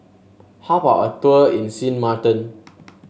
how about a tour in Sint Maarten